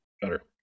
better